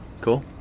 cool